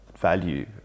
value